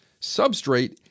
substrate